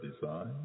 design